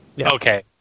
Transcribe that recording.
okay